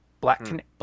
Black